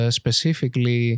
specifically